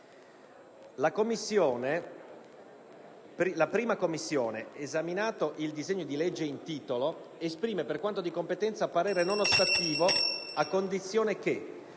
«La 1a Commissione permanente, esaminato il disegno di legge in titolo, esprime, per quanto di competenza, parere non ostativo, a condizione che: